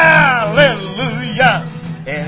Hallelujah